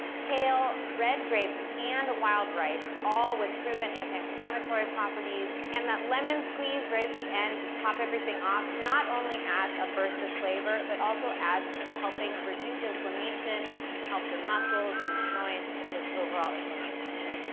kale, red grapes, and wild rice, all with proven anti-inflammatory properties. and that lemon squeeze right at the end to top everything off, not only adds a burst of flavor, but also adds to helping reduce inflammation and helps your muscles and your joints and just overall inflammation. so,